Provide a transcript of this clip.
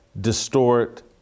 distort